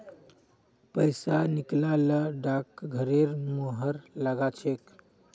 पैसा निकला ल डाकघरेर मुहर लाग छेक